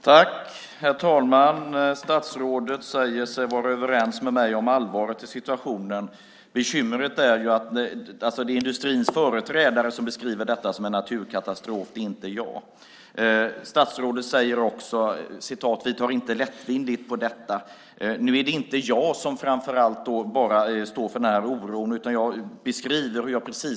Herr talman! Statsrådet säger sig vara överens med mig om allvaret i situationen. Bekymret är att det är industrins företrädare som beskriver läget som en naturkatastrof, inte jag. Statsrådet säger att man inte tar lättvindigt på detta. Nu är det dock inte bara jag som står för oron, utan jag beskriver hur det förhåller sig.